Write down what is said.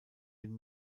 den